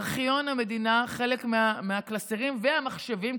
בארכיון המדינה חלק מהקלסרים והמחשבים,